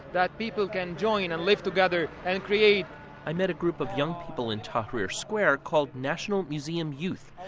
that people can join and live together and create i met a group of young people in tahrir square called national museum youth.